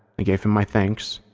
i gave him my thanks,